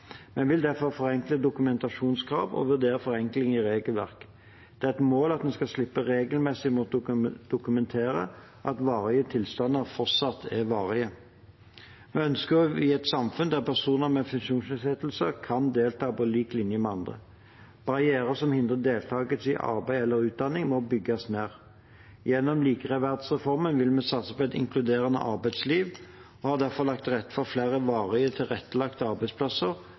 vil derfor forenkle dokumentasjonskrav og vurdere forenkling i regelverket. Det er et mål at vi skal slippe regelmessig å måtte dokumentere at varige tilstander fortsatt er varige. Vi ønsker å være et samfunn der personer med funksjonsnedsettelser kan delta på lik linje med andre. Barrierer som hindrer deltakelse i arbeid eller utdanning, må bygges ned. Gjennom likeverdsreformen vil vi satse på et inkluderende arbeidsliv og har derfor lagt til rette for flere varig tilrettelagte arbeidsplasser